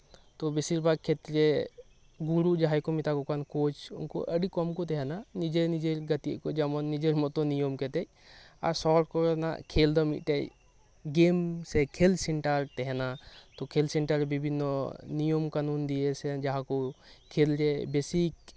ᱛᱚ ᱵᱤᱥᱤᱨ ᱵᱷᱟᱜᱽ ᱠᱷᱮᱛᱛᱨᱮ ᱜᱩᱨᱩ ᱡᱟᱦᱟᱸᱭ ᱠᱚ ᱢᱮᱛᱟᱠᱚ ᱠᱟᱱ ᱠᱳᱪ ᱟᱹᱰᱤ ᱠᱚᱸᱢᱽ ᱠᱚ ᱛᱟᱦᱮᱱᱟ ᱱᱤᱡᱮᱨᱼᱱᱤᱡᱮᱨ ᱠᱚ ᱜᱟᱛᱮ ᱟᱠᱚ ᱡᱮᱢᱚᱱ ᱱᱤᱡᱮᱨ ᱢᱚᱛᱚ ᱱᱤᱭᱚᱢ ᱠᱟᱛᱮᱫ ᱟᱨ ᱥᱚᱦᱚᱨ ᱠᱚᱨᱮᱱᱟᱜ ᱠᱷᱮᱞ ᱫᱚ ᱢᱤᱫᱴᱮᱱ ᱜᱮᱢ ᱥᱮ ᱠᱷᱮᱞ ᱥᱮᱱᱴᱟᱨ ᱛᱟᱦᱮᱱᱟ ᱠᱷᱮᱞ ᱥᱮᱱᱴᱟᱨ ᱨᱮ ᱵᱤᱵᱷᱤᱱᱱᱚ ᱱᱤᱭᱚᱢᱼᱠᱟᱱᱩᱱ ᱫᱤᱭᱮ ᱥᱮ ᱡᱟᱦᱟᱱᱟᱜ ᱠᱷᱮᱞ ᱨᱮ ᱵᱮᱥᱤᱠ